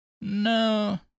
No